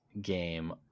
game